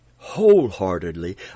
wholeheartedly